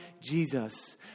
Jesus